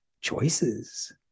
choices